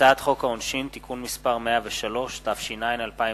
הצעת חוק העונשין (תיקון מס' 103), התש”ע 2010,